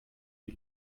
die